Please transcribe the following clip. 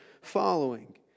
following